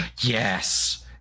yes